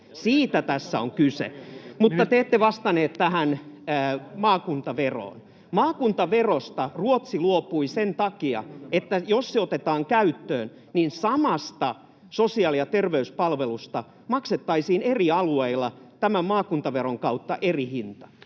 Siitä tässä on kyse. Te ette vastannut tähän maakuntaveroon. Maakuntaverosta Ruotsi luopui sen takia, että jos se otetaan käyttöön, niin samasta sosiaali‑ ja terveyspalvelusta maksettaisiin eri alueilla tämän maakuntaveron kautta eri hinta.